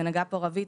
ונגעה פה רוית,